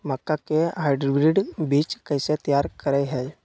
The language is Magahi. मक्का के हाइब्रिड बीज कैसे तैयार करय हैय?